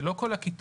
זה לא כל הכיתות,